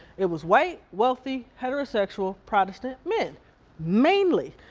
it was white, wealthy, heterosexual, protestant men mainly.